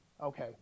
okay